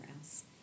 else